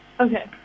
Okay